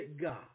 God